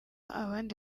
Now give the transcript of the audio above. abandi